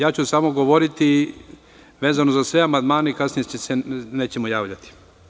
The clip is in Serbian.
Samo ću govoriti vezano za sve amandmane i kasnije se nećemo javljati.